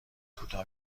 کوتاه